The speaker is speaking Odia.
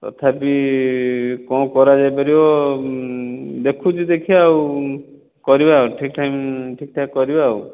ତଥାପି କଣ କରାଯାଇ ପାରିବ ଦେଖୁଛି ଦେଖିବା ଆଉ କରିବା ଆଉ ଠିକ ଠାକ ଠିକ ଠାକ କରିବା ଆଉ